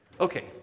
okay